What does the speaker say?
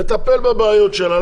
לטפל בבעיות שלהן,